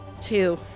Two